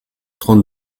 trente